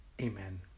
Amen